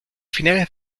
finales